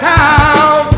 town